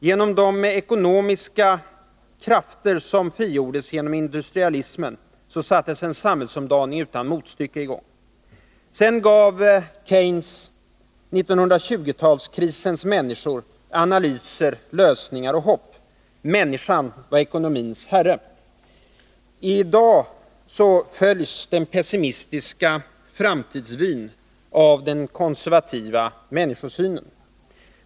Genom de ekonomiska krafter som frigjordes genom industrialismen sattes en samhällsomdaning utan motstycke i gång. Sedan gav Keynes 1920-talskrisens människor analyser, lösningar och hopp. Människan var ekonomins herre. I dag följs den pessimistiska framtidsvyn av den konservativa människosynen.